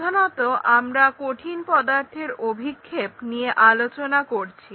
প্রধানত আমরা কঠিন পদার্থের অভিক্ষেপ নিয়ে আলোচনা করছি